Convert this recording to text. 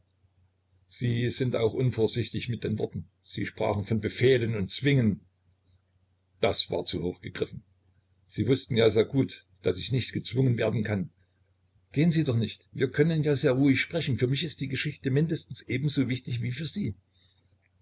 sie sind auch unvorsichtig mit den worten sie sprachen von befehlen und zwingen das war zu hoch gegriffen sie wußten ja sehr gut daß ich nicht gezwungen werden kann gehen sie doch nicht wir können ja sehr ruhig sprechen für mich ist die geschichte mindestens ebenso wichtig wie für sie